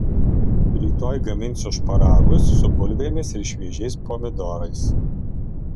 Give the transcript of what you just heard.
rytoj gaminsiu šparagus su bulvėmis ir šviežiais pomidorais